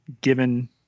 given